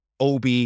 Ob